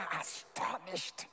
astonished